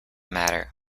matter